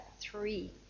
three